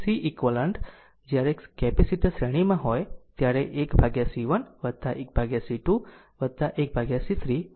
તેથી 1Ceq જ્યારે capacitor શ્રેણીમાં હોય છે ત્યારે તે 1C1 1C2 1C3 1CN છે